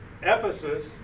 Ephesus